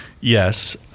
Yes